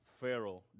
Pharaoh